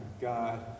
God